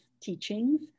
teachings